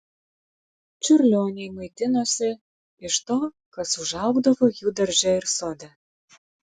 čiurlioniai maitinosi iš to kas užaugdavo jų darže ir sode